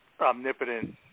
omnipotent